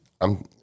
I'm-